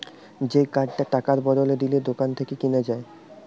যে কার্ডটা টাকার বদলে দিলে দোকান থেকে কিনা যায়